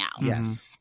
Yes